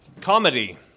Comedy